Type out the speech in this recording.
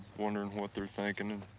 wonderin' what they're thinking and.